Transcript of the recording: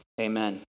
amen